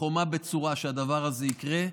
כחומה בצורה כדי שהדבר הזה יקרה.